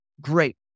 Great